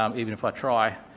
um even if i try.